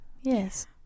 Yes